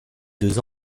deux